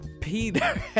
Peter